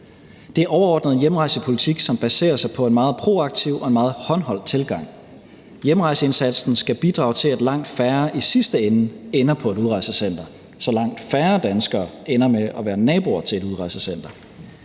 Det er overordnet en hjemrejsepolitik, som baserer sig på en meget proaktiv og håndholdt tilgang. Hjemrejseindsatsen skal bidrage til, at langt færre i sidste ende ender på et udrejsecenter, så langt færre danskere ender med at være naboer til et udrejsecenter.